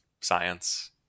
science